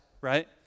right